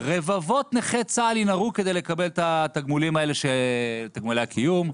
רבבות נכי צה"ל ינהרו כדי לקבל את תגמולי הקיום האלה.